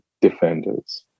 defenders